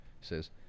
says